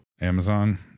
Amazon